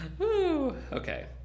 okay